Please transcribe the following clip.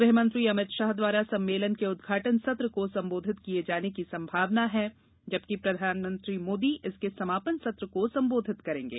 गृह मंत्री अमित शाह द्वारा सम्मेलन के उद्घाटन संत्र को संबोधित किए जाने की संभावना है जबकि प्रधानमंत्री मोदी इसके समापन सत्र को संबोधित करेंगे